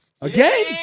Again